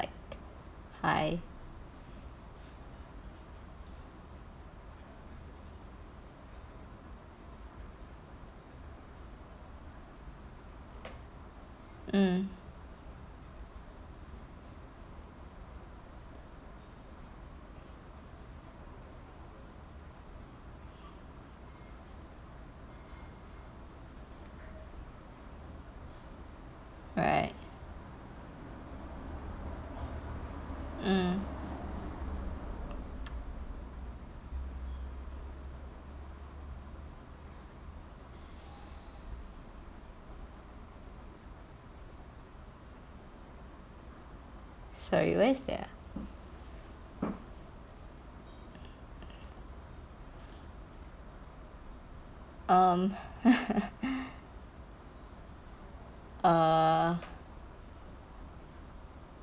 like high mm right mm sorry what is that ah um oh